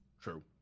True